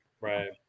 Right